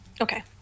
Okay